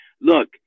Look